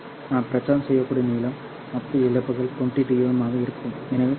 நான் பிரச்சாரம் செய்யக்கூடிய நீளம் மொத்த இழப்புகள் 20dB ஆக இருக்கும் எனவே 20 0